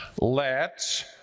let